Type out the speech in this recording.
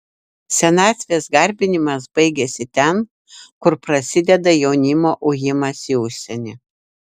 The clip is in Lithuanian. senatvės garbinimas baigiasi ten kur prasideda jaunimo ujimas į užsienį